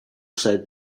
said